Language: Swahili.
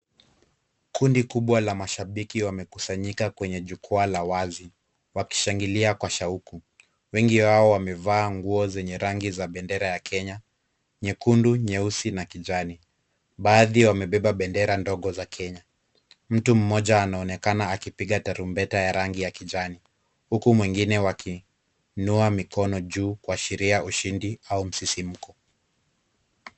Kundi kubwa la mashabiki wamekusanyika kwenye jukwaa la wazi, wakishangilia kwa shauku. Wengi wao wamevaa nguo zenye rangi za bendera ya Kenya, nyekundu nyeusi na kijani. Baadhi yao wamebeba bendera ndogo za Kenya. Mtu mmoja anaonekana akipiga tarumbeta ya rangi ya kijani, huku wengi wakiinua mikono juu kuashiria ushindi au msisimko.